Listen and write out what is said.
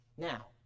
Now